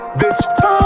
bitch